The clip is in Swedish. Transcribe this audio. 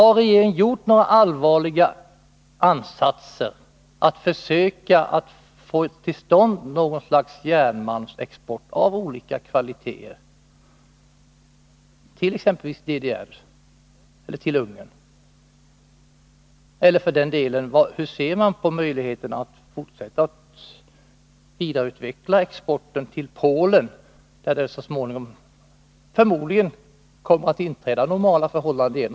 Har regeringen gjort några allvarliga ansatser att försöka få till stånd något slags järnmalmsexport av olika kvaliteter, t.ex. till DDR eller till Ungern? Hur ser man för den delen på möjligheterna att fortsätta att vidareutveckla exporten till Polen, där det så småningom förmodligen kommer att inträda normala förhållanden igen?